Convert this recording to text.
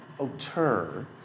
auteur